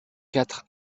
quatre